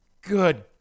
good